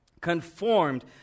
conformed